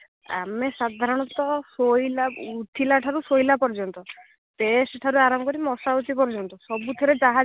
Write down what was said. ଆମେ ସାଧାରଣତଃ ଶୋଇଲା ଉଠିଲା ଠାରୁ ଶୋଇଲା ପର୍ଯ୍ୟନ୍ତ ପେଷ୍ଟ୍ ଠାରୁ ଆରମ୍ଭ କରି ମଶା ହେଉଛି ପର୍ଯ୍ୟନ୍ତ ସବୁଥିରେ ଯାହା